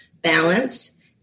balance